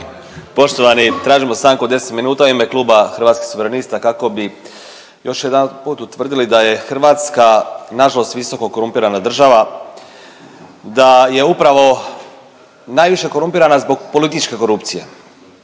Poštovani, tražimo stanku od 10 minuta u ime Kluba Hrvatskih suverenista kako bi još jedanput utvrdili da je Hrvatska nažalost visokokorumpirana država, da je upravo najviše korumpirana zbog političke korupcije.